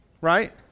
right